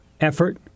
effort